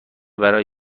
برای